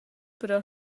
però